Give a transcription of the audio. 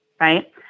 Right